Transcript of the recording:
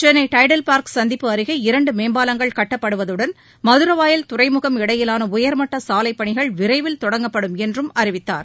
Chennai Tidel Park சந்திப்பு அருகே இரண்டு மேம்பாலங்கள் கட்டப்படுவதுடன் மதரவாயல் துறைமுகம் இடையிலான உயர்மட்ட சாலைப் பணிகள் விரைவில் தொடங்கப்படும் என்றும் அறிவித்தார்